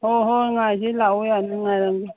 ꯍꯣꯏ ꯍꯣꯏ ꯉꯥꯏꯒꯦ ꯂꯥꯛꯑꯣ ꯌꯥꯅꯤ ꯉꯥꯏꯔꯝꯒꯦ